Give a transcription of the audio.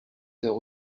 heures